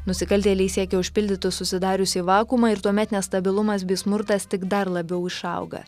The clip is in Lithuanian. nusikaltėliai siekia užpildytų susidariusį vakuumą ir tuomet nestabilumas bei smurtas tik dar labiau išauga